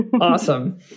Awesome